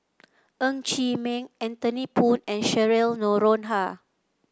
Ng Chee Meng Anthony Poon and Cheryl Noronha